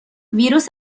ویروس